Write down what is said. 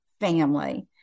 family